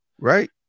Right